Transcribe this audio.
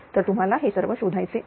तर तुम्हाला हे सर्व शोधायचे आहे